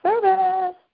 service